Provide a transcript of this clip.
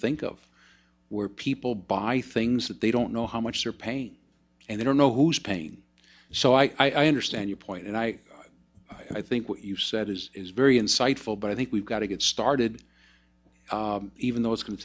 think of where people buy things that they don't know how much they're pain and they don't know who's pain so i understand your point and i and i think what you've said is very insightful but i think we've got to get started even though it's go